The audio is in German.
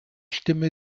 stimme